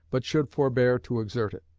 but should forbear to exert it.